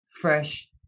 fresh